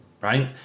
right